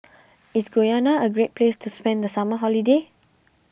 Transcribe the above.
is Guyana a great place to spend the summer holiday